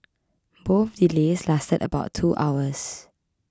both delays lasted about two hours